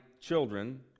children